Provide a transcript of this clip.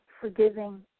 forgiving